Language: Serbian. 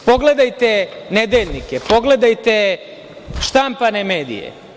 Pogledajte nedeljnike, pogledajte štampane medije.